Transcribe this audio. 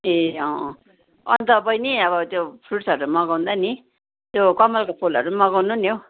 ए अँ अँ अन्त बहिनी अब त्यो फ्रुट्सहरू मगाउँदा नि त्यो कमलको फुलहरू पनि मगाउनु नि हौ